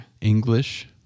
English